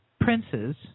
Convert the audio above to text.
princes